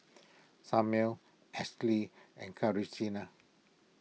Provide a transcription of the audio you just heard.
Samir Ashley and